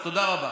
אז תודה רבה.